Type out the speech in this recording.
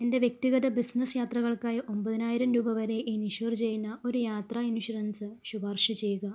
എൻ്റെ വ്യക്തിഗത ബിസിനസ്സ് യാത്രകൾക്കായി ഒമ്പതിനായിരം രൂപ വരെ ഇൻഷ്വർ ചെയ്യുന്ന ഒരു യാത്രാ ഇൻഷുറൻസ് ശുപാർശ ചെയ്യുക